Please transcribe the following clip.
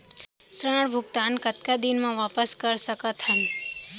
ऋण भुगतान कतका दिन म वापस कर सकथन?